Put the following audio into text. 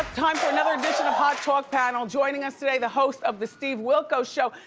time for another edition of hot talk panel. joining us today the host of the steve wilkos show,